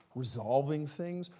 resolving things.